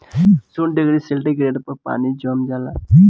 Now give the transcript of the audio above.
शून्य degree centigrade पर पानी जम जाला